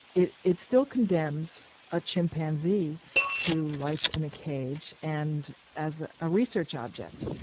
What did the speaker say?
it it still condemns a chimpanzee to life in a cage and as a research object.